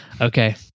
Okay